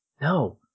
No